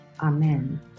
Amen